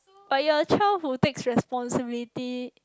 but your child who take responsibility